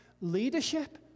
leadership